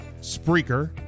Spreaker